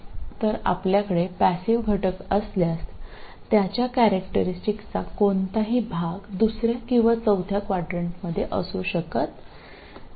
तर आपल्याकडे पॅसिव घटक असल्यास त्याच्या कॅरेक्टरीस्टिकचा कोणताही भाग दुसर्या किंवा चौथ्या क्वाड्रंटमध्ये असू शकत नाही